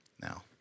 now